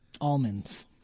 almonds